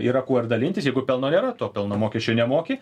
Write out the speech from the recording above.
yra kuo ir dalintis jeigu pelno nėra to pelno mokesčio nemoki